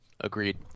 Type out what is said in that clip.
Agreed